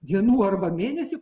dienų arba mėnesių